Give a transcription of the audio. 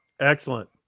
Excellent